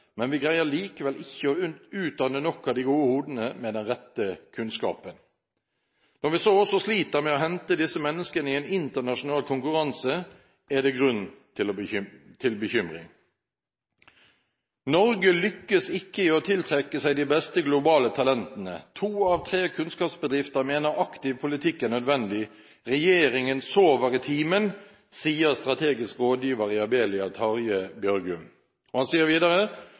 men vi greier likevel ikke å utdanne nok av de gode hodene med den rette kunnskapen. Når vi så også sliter med å hente disse menneskene i en internasjonal konkurranse, er det grunn til bekymring. «Norge lykkes ikke i å tiltrekke seg de beste globale talentene. To av tre kunnskapsbedrifter mener aktiv politikk er nødvendig. Regjeringen sover i timen», sier strategisk rådgiver i Abelia, Tarje Bjørgum. Han sier videre: